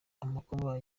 amakuba